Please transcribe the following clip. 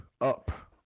up